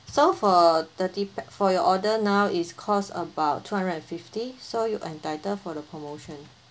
so for thirty pax for your order now it's cost about two hundred and fifty so you entitled for the promotion